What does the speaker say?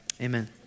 amen